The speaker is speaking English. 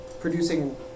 producing